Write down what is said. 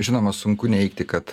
žinoma sunku neigti kad